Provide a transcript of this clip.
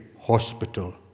hospital